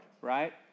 Right